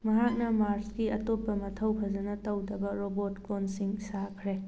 ꯃꯍꯥꯛꯅ ꯃꯥꯔꯁꯀꯤ ꯑꯇꯣꯞꯄ ꯃꯊꯧ ꯐꯖꯟꯅ ꯇꯧꯗꯕ ꯔꯣꯕꯣꯠ ꯀ꯭ꯂꯣꯟꯁꯤꯡ ꯁꯥꯈ꯭ꯔꯦ